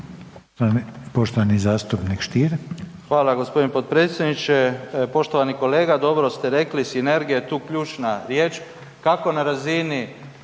Hvala gospodine potpredsjedniče. Poštovani kolega dobro ste rekli sinergija je tu ključna riječ